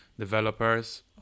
developers